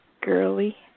girly